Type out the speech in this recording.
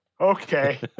Okay